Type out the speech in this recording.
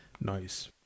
Nice